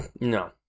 No